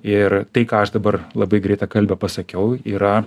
ir tai ką aš dabar labai greitakalbe pasakiau yra